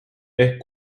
ehk